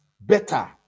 better